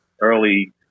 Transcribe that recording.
early